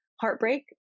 heartbreak